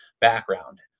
background